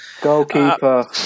Goalkeeper